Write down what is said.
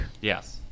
Yes